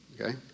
okay